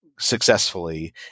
successfully